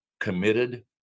committed